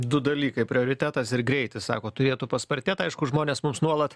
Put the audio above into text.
du dalykai prioritetas ir greitis sako turėtų paspartėt aišku žmonės mums nuolat